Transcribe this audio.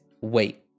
wait